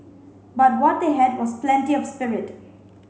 but what they had was plenty of spirit